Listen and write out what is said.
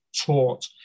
taught